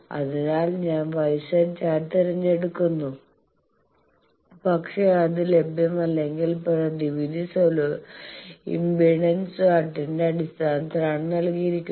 അതിനാൽ ഞാൻ Y Z chart തിരഞ്ഞെടുക്കുന്നു പക്ഷേ അത് ലഭ്യമല്ലെങ്കിൽ പ്രതിവിധി ഇംപെഡൻസ് ചാർട്ടിന്റെ അടിസ്ഥാനത്തിലാണ് നൽകിയിരിക്കുന്നത്